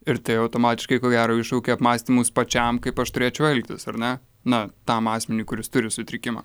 ir tai automatiškai ko gero iššaukia apmąstymus pačiam kaip aš turėčiau elgtis ar ne na tam asmeniui kuris turi sutrikimą